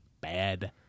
bad